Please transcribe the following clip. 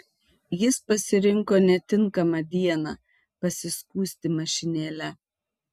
jis pasirinko netinkamą dieną pasiskųsti mašinėle